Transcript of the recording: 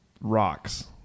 rocks